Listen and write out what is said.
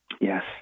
Yes